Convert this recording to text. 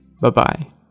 Bye-bye